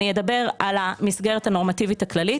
אני אדבר על המסגרת הנורמטיבית הכללית,